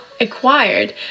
acquired